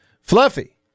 Fluffy